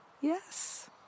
Yes